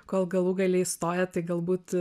kol galų gale įstoja tai galbūt